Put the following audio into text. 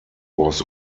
was